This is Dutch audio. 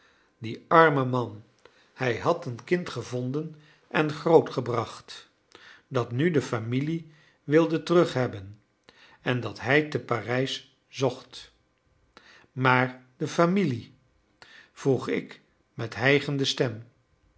die arme man hij had een kind gevonden en grootgebracht dat nu de familie wilde terughebben en dat hij te parijs zocht maar de familie vroeg ik met hijgende stem